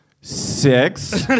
Six